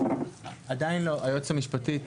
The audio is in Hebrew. היועצת המשפטית,